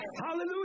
hallelujah